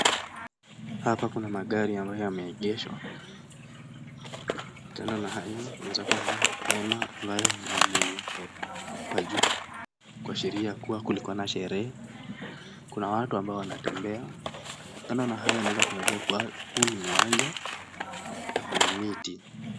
Hapa kuna magari ambayo yameegeshwa, kando na hayo unaweza ona hema ambayo imewekwa juu kuashiria kuwa kulikuwa na sherehe, kuna watu ambao wanatembea. Kando na hayo unaweza kuangalia kuwa huu ni uwanja na kuna miti.